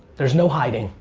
there's no hiding.